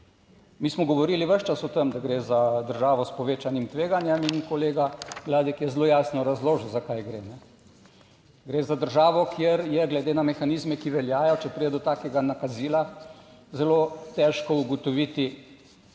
Mi smo govorili ves čas o tem, da gre za državo s povečanim tveganjem in kolega Gladek je zelo jasno razložil, za kaj gre. Gre za državo, kjer je glede na mehanizme, ki veljajo, če pride do takega nakazila, zelo težko ugotoviti, če